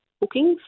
bookings